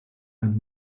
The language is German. ein